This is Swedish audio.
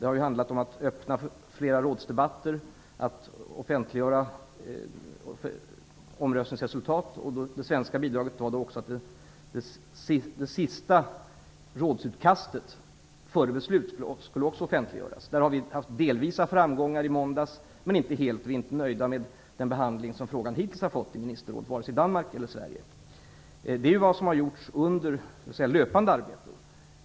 Det har handlat om att öppna fler rådsdebatter och att offentliggöra omröstningsresultat. Det svenska bidraget var att det sista rådsutkastet före beslut också skall offentliggöras. I den frågan hade vi delvisa framgångar i måndags. Men varken Sverige eller Danmark är nöjda med den behandling som frågan hittills fått i ministerrådet. Det är vad som har gjorts under det löpande arbetet.